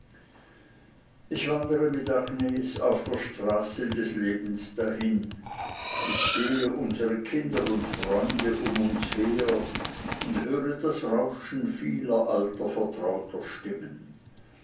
ich wandere mit agnes auf der straße des lebens dahin ich sehe unsere kinder und freunde um uns her und höre das rauschen vieler alter vertrauter stimmen